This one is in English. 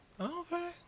okay